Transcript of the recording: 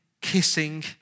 kissing